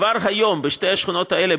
כבר היום בשתי השכונות האלה,